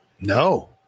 No